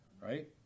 right